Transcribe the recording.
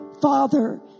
Father